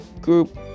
group